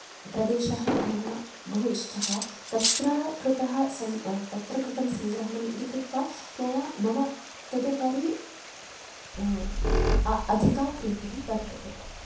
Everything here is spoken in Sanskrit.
प्रदेशः मम बहु इष्टः तत्र कृतः सङ्ग्रहः तत्र कृतं सङ्ग्रहणम् इति कृत्वा मया मम तदुपरि अधिका प्रीतिः वर्तते